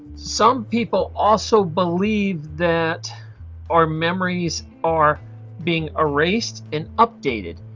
some people also believe that our memories are being erased and updated.